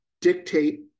dictate